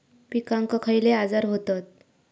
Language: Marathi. पिकांक खयले आजार व्हतत?